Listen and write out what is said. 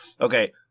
Okay